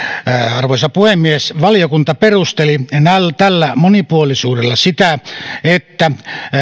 arvoisa puhemies valiokunta perusteli tätä monipuolisuutta sillä että